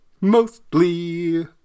mostly